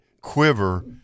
quiver